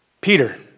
Peter